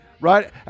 right